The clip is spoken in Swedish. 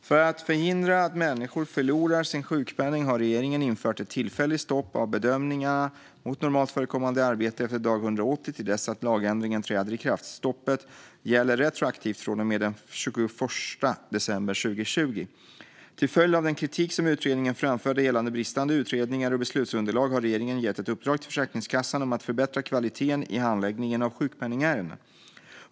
För att förhindra att människor förlorar sin sjukpenning har regeringen infört ett tillfälligt stopp av bedömningarna mot normalt förekommande arbete efter dag 180 till dess att lagändringen träder i kraft. Stoppet gäller retroaktivt från och med den 21 december 2020. Till följd av den kritik som utredningen framförde gällande bristande utredningar och beslutsunderlag har regeringen gett ett uppdrag till Försäkringskassan om att förbättra kvaliteten i handläggningen av sjukpenningärenden.